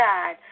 God